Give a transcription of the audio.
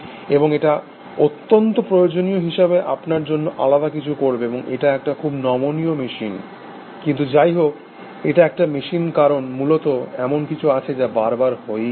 এবং এটা অত্যন্ত প্রয়োজনীয় হিসাবে আপনার জন্য আলাদা কিছু করবে এবং এটা একটা খুব নমনীয় মেশিন কিন্তু যাইহোক এটা একটা মেশিন কারণ মূলত এমন কিছু আছে যা বার বার হয়েই চলে